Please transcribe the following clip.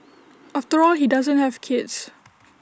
after all he doesn't have kids